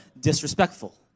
disrespectful